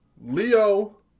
Leo